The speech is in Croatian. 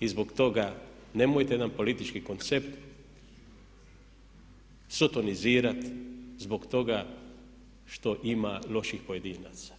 i zbog toga nemojte nam politički koncept sotonizirat zbog toga što ima loših pojedinaca.